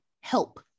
help